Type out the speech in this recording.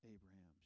Abraham